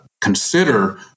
consider